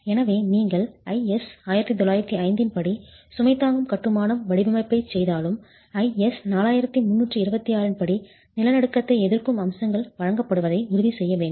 எனவே நீங்கள் IS 1905 இன் படி சுமை தாங்கும் கட்டுமானம் வடிவமைப்பைச் செய்தாலும் IS 4326 இன் படி நிலநடுக்கத்தை எதிர்க்கும் அம்சங்கள் வழங்கப்படுவதை உறுதி செய்ய வேண்டும்